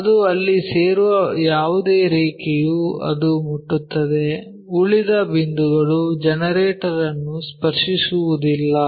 ಅದು ಅಲ್ಲಿ ಸೇರುವ ಯಾವುದೇ ರೇಖೆಯು ಅದು ಮುಟ್ಟುತ್ತದೆ ಉಳಿದ ಬಿಂದುಗಳು ಜನರೇಟರ್ ಅನ್ನು ಸ್ಪರ್ಶಿಸುವುದಿಲ್ಲ